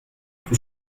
tout